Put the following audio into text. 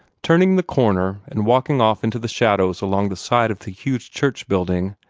turning the corner, and walking off into the shadows along the side of the huge church building,